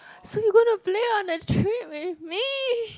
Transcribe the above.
so you are going be on a trip with me